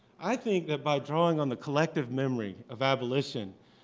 i think that by drawing on the collective memory of abolition,